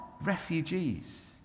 refugees